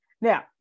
Now